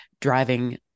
driving